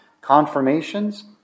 confirmations